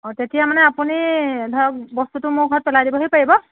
অ তেতিয়া মানে আপুনি ধৰক বস্তুটো মোৰ ঘৰত পেলাই দিবহি পাৰিব